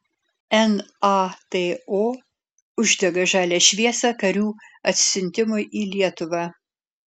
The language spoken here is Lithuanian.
nato uždega žalią šviesą karių atsiuntimui į lietuvą